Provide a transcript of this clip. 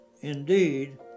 indeed